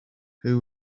who